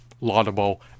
Laudable